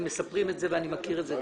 הם מספרים את זה ואני מכיר את זה,